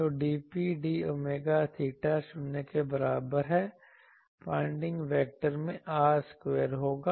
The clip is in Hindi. तो dP d omega theta 0 के बराबर है पॉइंटिंग वेक्टर में r स्क्वायर होगा